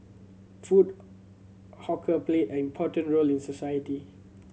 food hawker played an important role in society